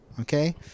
Okay